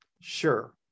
Sure